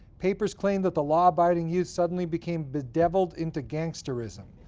papers claim that the law-abiding youth suddenly became bedeviled into gangsterism